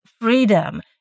freedom